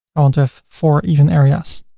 i want to have four even areas.